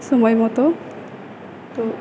সময় মতো তো